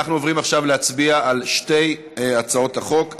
אנחנו עוברים עכשיו להצביע על שתי הצעות החוק.